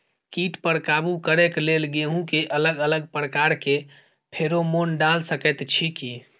कीट पर काबू करे के लेल गेहूं के अलग अलग प्रकार के फेरोमोन डाल सकेत छी की?